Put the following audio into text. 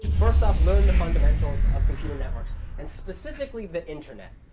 first off, learn the fundamentals of computer networks and specifically the internet.